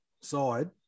side